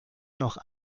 noch